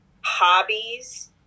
hobbies